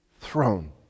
throne